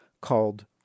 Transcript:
called